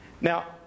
Now